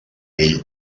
ell